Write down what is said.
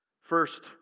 First